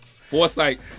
foresight